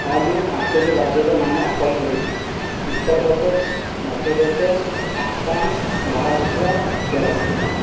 ହଁ ମୁଁ ପାଞ୍ଚଟି ରାଜ୍ୟର ନାମ କହିପାରିବି ଉତ୍ତରପ୍ରଦେଶ ମଧ୍ୟପ୍ରଦେଶ ଆସାମ ମହାରାଷ୍ଟ୍ର କେରଳ